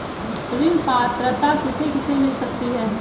ऋण पात्रता किसे किसे मिल सकती है?